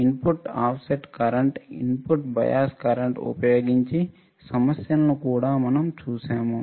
input offset current input bias current ఉపయోగించి సమస్యలను కూడా మనం చూశాము